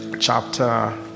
chapter